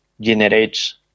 generates